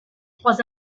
trois